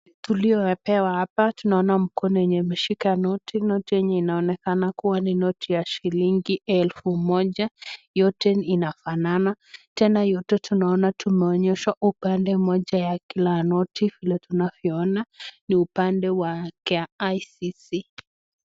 Tuliopewa hapa ,tunaona mkono yenye imeshika noti, noti yenye inaonekana kuwa ni noti ya shilingi elfu moja, yote inafanana, tena yote tunaona tumeonyeshwa upande moja ya kila noti vile tunavyoona ni upande wa KICC.